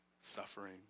suffering